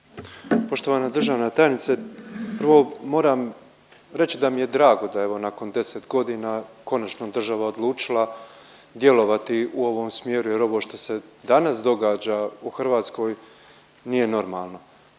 Poštovana državna tajnice, prvo moram reći da mi je drago da evo nakon 10 godina konačno je država odlučila djelovati u ovom smjeru jer ovo što se danas događa u Hrvatskoj nije normalno,